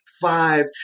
five